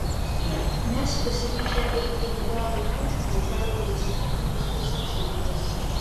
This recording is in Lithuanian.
mes pasiryžę eiti iki galo tol kol darbo įstatymas bus atšauktas